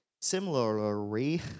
similarly